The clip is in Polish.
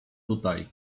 tutaj